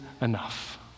enough